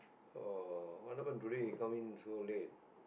uh what happen today you come in so late